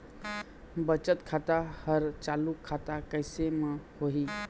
बचत खाता हर चालू खाता कैसे म होही?